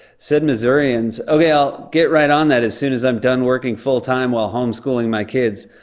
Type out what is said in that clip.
said missourians, okay. i'll get right on that, as soon as i'm done working full-time while homeschooling my kids.